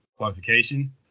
qualification